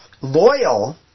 loyal